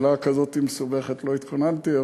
לשאלה כזאת מסובכת לא התכוננתי,